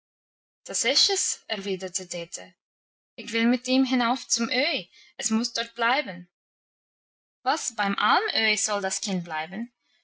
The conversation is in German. das ist es erwiderte dete ich will mit ihm hinauf zum öhi es muss dort bleiben was beim alm öhi soll das kind bleiben